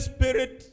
Spirit